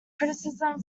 criticism